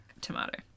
Tomato